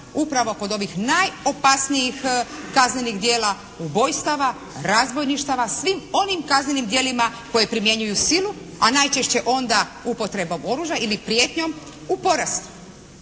upravo kod ovih najopasnijih kaznenih djela, ubojstava, razbojništava svim onim kaznenim djelima koja primjenjuju silu a najčešće onda upotrebom oružja ili prijetnjom u porastu.